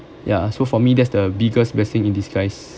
ya so for me that's the biggest blessing in disguise